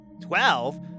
Twelve